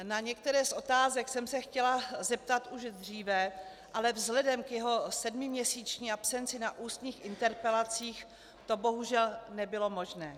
Na některé z otázek jsem se chtěla zeptat už dříve, ale vzhledem k jeho sedmiměsíční absenci na ústních interpelacích to bohužel nebylo možné.